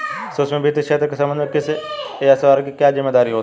सूक्ष्म वित्त क्षेत्र के संबंध में किसी एस.आर.ओ की क्या जिम्मेदारी होती है?